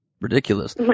ridiculous